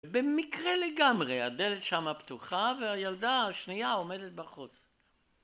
במקרה לגמרי הדלת שם פתוחה והילדה השנייה עומדת בחוץ